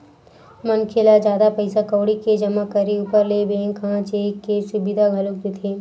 मनखे ल जादा पइसा कउड़ी के जमा करे ऊपर ले बेंक ह चेक के सुबिधा घलोक देथे